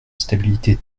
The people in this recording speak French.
stabilité